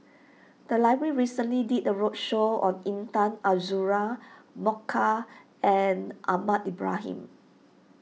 the library recently did a roadshow on Intan Azura Mokhtar and Ahmad Ibrahim